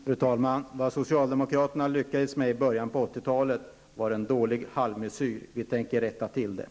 Fru talman! Vad socialdemokraterna lyckades med i början av 80-talet var en dålig halvmesyr. Vi tänker rätta till den.